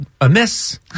amiss